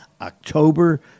October –